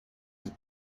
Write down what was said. est